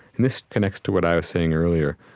and this connects to what i was saying earlier.